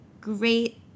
great